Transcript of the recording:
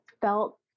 felt